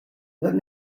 let